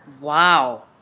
Wow